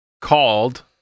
called